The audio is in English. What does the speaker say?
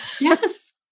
Yes